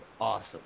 awesome